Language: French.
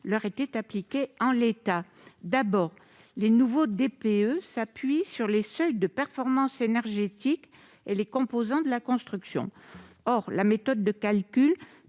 leur était appliqué en l'état. Les nouveaux DPE s'appuient sur les seuils de performance énergétique et les composants de la construction. Or la méthode de calcul